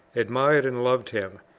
admired and loved him,